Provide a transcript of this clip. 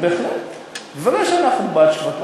בהחלט, ודאי שאנחנו בעד השוק.